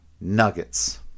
Nuggets